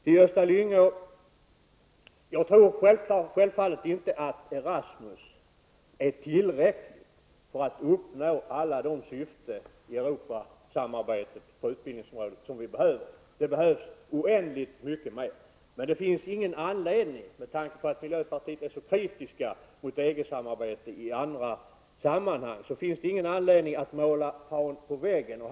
Till Gösta Lyngå vill jag säga att jag självfallet inte tror att Erasmus är tillräckligt för att uppnå alla de syften för Europasamarbete på utbildningsområdet som vi vill uppnå. Det behövs oändligt mycket mer. Med tanke på att miljöpartiet är så kritiskt mot EG samarbete finns det ingen anledning att måla fan på väggen.